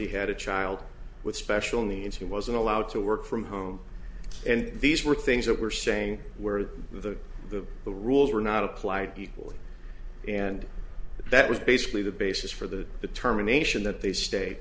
he had a child with special needs he wasn't allowed to work from home and these were things that were saying where are the the the rules were not applied equally and that was basically the basis for the determination that the state